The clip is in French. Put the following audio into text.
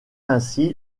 ainsi